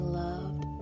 loved